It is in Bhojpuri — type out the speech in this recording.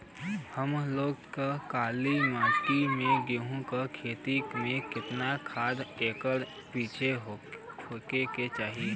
हम लोग के काली मिट्टी में गेहूँ के खेती में कितना खाद एकड़ पीछे फेके के चाही?